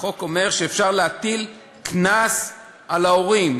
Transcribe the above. החוק אומר שאפשר להטיל קנס על ההורים.